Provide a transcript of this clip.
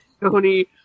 Tony